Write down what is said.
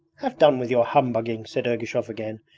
have done with your humbugging said ergushov again,